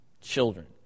children